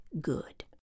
good